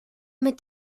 mit